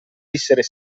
esser